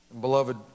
Beloved